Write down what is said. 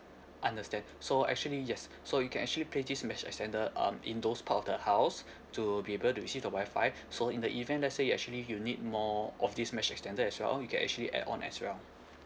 understand so actually yes so you can actually place this mesh extender um in those part of the house to be able to receive the Wi-Fi so in the event let's say you actually you need more of this mesh extender as well you can actually add on as well